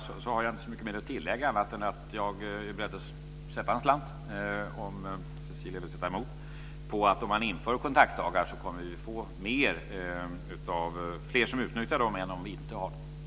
Jag har inte så mer att tillägga annat än att jag är beredd att sätta en slant på, om Cecilia vill sätta emot, att om man inför kontaktdagar kommer vi att få fler som utnyttjar dem än om vi inte har dem.